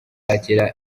irakira